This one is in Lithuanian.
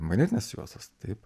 magnetinės juostos taip